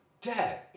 Dad